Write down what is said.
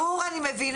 ברור, אני מבינה.